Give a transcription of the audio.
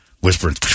whispering